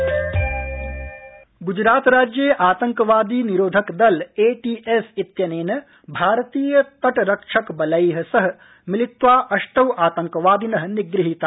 Gujarat ATS Gujarat राज्ये आतंकवादी निरोधक दल एटीएस इत्यनेन भारतीय तट रक्षक बला प्रह मिलित्वा अष्टौ आतंकवादिन निगृहीता